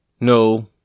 No